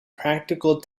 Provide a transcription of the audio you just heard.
practical